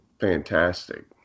fantastic